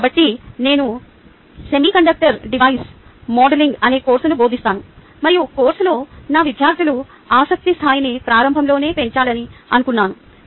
కాబట్టి నేను semiconductor device modelling అనే కోర్సును బోధిస్తాను మరియు కోర్సులో నా విద్యార్థుల ఆసక్తి స్థాయిని ప్రారంభంలోనే పెంచాలని అనుకున్నాను